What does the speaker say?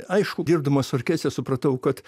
aišku dirbdamas orkestre supratau kad